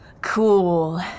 Cool